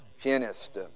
pianist